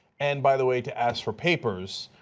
and by the way to ask for papers.